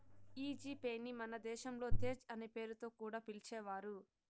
ఈ G Pay ని మన దేశంలో తేజ్ అనే పేరుతో కూడా పిలిచేవారు